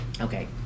Okay